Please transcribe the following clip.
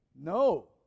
no